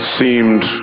seemed